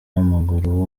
w’amaguru